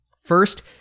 First